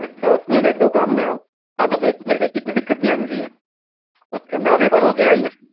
अच्छा उसमें लेते हो काम मे आप हाँ तो फिर इतनी दिक्कत नहीं आनी चाहिए उसके अंदर आप एक बार हो के आइए